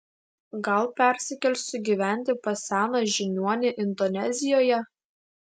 gal persikelsiu gyventi pas seną žiniuonį indonezijoje